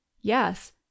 Yes